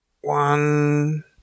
One